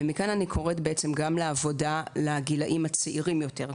מכאן אני קוראת בעצם גם לעבודה לגילאים הצעירים יותר,